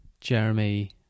Jeremy